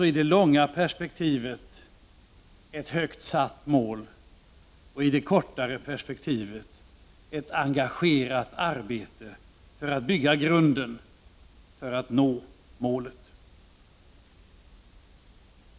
I det långa perspektivet är det fråga om ett högt satt mål och i det korta perspektivet ett engagerat arbete för att bygga grunden för att nå målet.